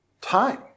time